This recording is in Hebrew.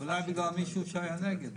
אולי בגלל שמישהו היה נגד.